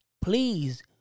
Please